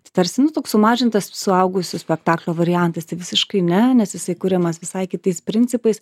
tarsi nu toks sumažintas suaugusių spektaklio variantas tai visiškai ne nes jisai kuriamas visai kitais principais